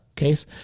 case